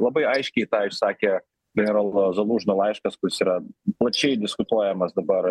labai aiškiai tą išsakė generolo zalužno laiškas kuris yra plačiai diskutuojamas dabar